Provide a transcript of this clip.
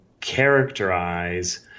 characterize